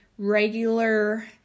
regular